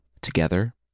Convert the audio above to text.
Together